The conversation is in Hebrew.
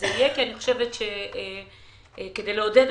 כיושבת ראש